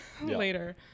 later